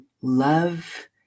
love